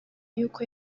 y’uko